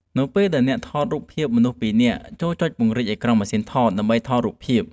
នៅពេលដែលអ្នកថតរូបភាពមនុស្សពីរនាក់ ចូរចុចពង្រីកអេក្រង់ម៉ាស៊ីនថត ដើម្បីថតរូបភាព ។